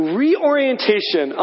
reorientation